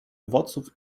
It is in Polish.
owoców